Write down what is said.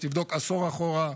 שתבדוק עשור אחורה,